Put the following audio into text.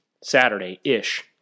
Saturday-ish